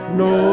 no